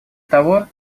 того